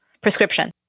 Prescription